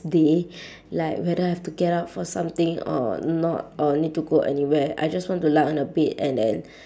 day like whether I have to get up for something or not or need to go anywhere I just want to lie on the bed and then